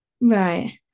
Right